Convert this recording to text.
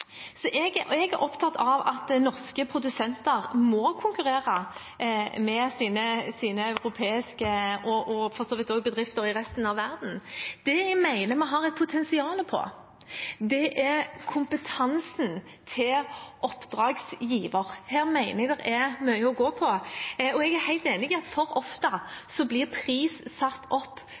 Jeg er opptatt av at norske produsenter må konkurrere med europeiske bedrifter, og for så vidt også bedrifter i resten av verden. Det jeg mener at vi har et potensial på, er kompetansen til oppdragsgiver. Her mener vi det er mye å gå på. Jeg er helt enig i at for ofte blir pris satt opp